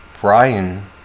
Brian